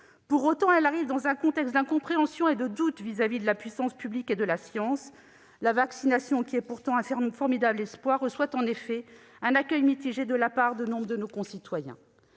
Pour autant, elle arrive dans un contexte d'incompréhensions et de doutes par rapport à la puissance publique et la science. La vaccination, qui est pourtant un formidable espoir, reçoit en effet un accueil mitigé de la part de nombre de nos concitoyens.